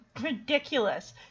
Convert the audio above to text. ridiculous